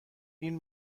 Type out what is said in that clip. این